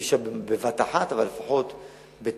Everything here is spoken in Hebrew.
אי-אפשר בבת אחת, אבל לפחות בתהליך,